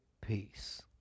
peace